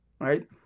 right